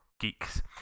geeks